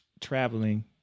traveling